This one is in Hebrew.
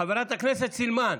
חברת הכנסת סילמן,